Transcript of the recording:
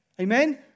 Amen